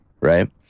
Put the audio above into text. right